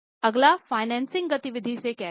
अगला फाइनेंसिंग गति विधि से कैश है